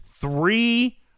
three